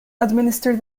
administer